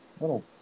little